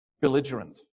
belligerent